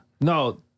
no